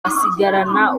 asigarana